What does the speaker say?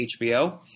HBO